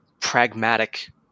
pragmatic